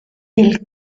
del